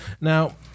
Now